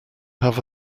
have